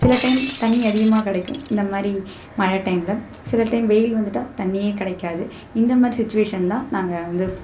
சில டைம் தண்ணி அதிகமாக கிடைக்கும் இந்த மாதிரி மழை டைமில் சில டைம் வெயில் வந்துட்டால் தண்ணியே கிடைக்காது இந்த மாதிரி சுச்சுவேஸன் தான் நாங்கள் வந்து